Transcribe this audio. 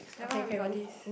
never mind we got this